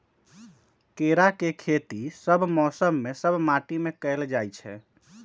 केराके खेती सभ मौसम में सभ माटि में कएल जाइ छै